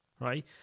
right